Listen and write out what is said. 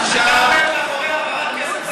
אתה עומד מאחורי העברת כסף,